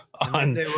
on